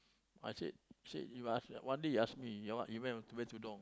I said said If I ask one day you ask me you w~ when you wear tudung